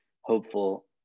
hopeful